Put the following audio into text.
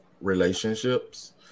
relationships